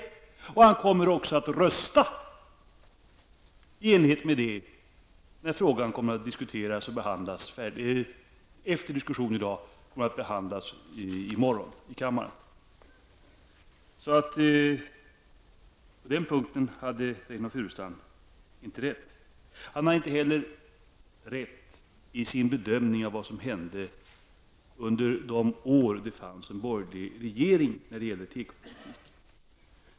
Reynoldh Furustrand kommer också att rösta i enlighet därmed när frågan, efter den diskussion som vi nu för, i morgon kommer att avgöras här i kammaren. På denna punkt har Reynoldh Furustrand alltså inte rätt. Inte heller har han rätt när han bedömer vad som hände i fråga om tekopolitiken under de borgerliga regeringsåren.